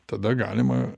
tada galima